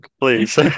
please